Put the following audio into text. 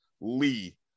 Lee